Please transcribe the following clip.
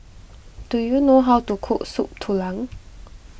do you know how to cook Soup Tulang